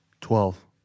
Twelve